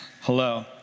hello